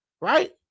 Right